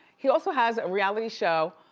he also has a reality show